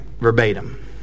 verbatim